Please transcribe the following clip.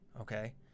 Okay